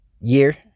year